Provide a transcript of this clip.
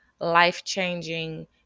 life-changing